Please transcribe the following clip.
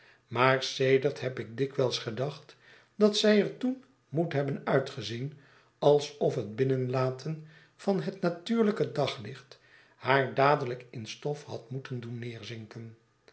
maar sedert heb ik dikwijls gedacht dat zij er toen moet hebben uitgezien alsof het binnenlaten van het natuurlijke daglicht haar dadelijk in stof had moeten doen